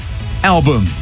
album